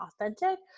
authentic